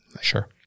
Sure